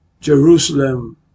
Jerusalem